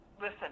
listen